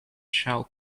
shell